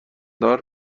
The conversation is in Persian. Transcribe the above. دار